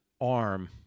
arm